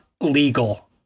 legal